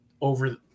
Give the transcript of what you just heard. over